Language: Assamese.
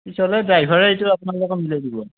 পিছলৈ ড্ৰাইভাৰে সেইটো আপোনালোকক মিলাই দিব